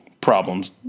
problems